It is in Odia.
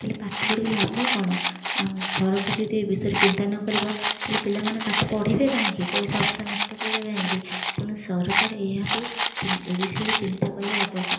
ତାହେଲେ ପାଠ ପଢ଼ିକି ଲାଭ କ'ଣ ଆମ ସରକାର ଯଦି ଏ ବିଷୟରେ ଚିନ୍ତା ନ କରିବ ତାହେଲେ ପିଲାମାନେ ପାଠ ପଢ଼ିବେ କାହିଁକି ପଇସା ଅଯଥା ନଷ୍ଟ କରିବେ କାହିଁକି ତେଣୁ ସରକାର ଏହାକୁ ଏ ବିଷୟରେ ଚିନ୍ତା କରିବା ଆବଶ୍ୟକ